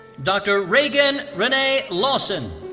dr. regan reneigh lawson.